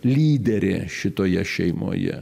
lyderė šitoje šeimoje